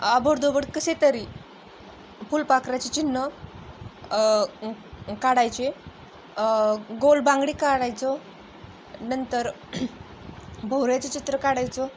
ओबडधोबड कसे तरी फुलपाखराचे चिन्ह काढायचे गोल बांगडी काढायचो नंतर भोवऱ्याचे चित्र काढायचो